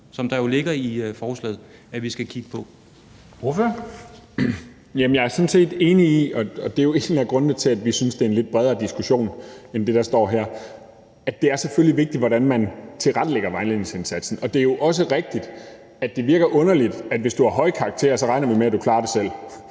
Jens Joel (S): Jeg er sådan set enig i – og det er jo en af grundene til, at vi synes, det er en lidt bredere diskussion end det, der står her – at det selvfølgelig er vigtigt, hvordan man tilrettelægger vejledningsindsatsen. Og det er jo også rigtigt, at det virker underligt, hvis man siger: Hvis du har høje karakterer, regner vi med, at du klarer det selv.